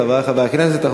חברי חברי הכנסת,